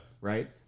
right